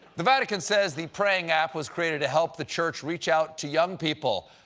the vatican says the praying app was created to help the church reach out to young people.